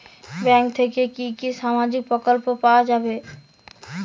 Bank থেকে কি কি সামাজিক প্রকল্প পাওয়া যাবে?